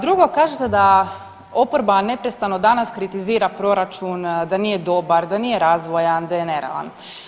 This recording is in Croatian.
Drugo, kažete da oporba neprestano danas kritizira proračun da nije dobar, da nije razvojan, da je nerealan.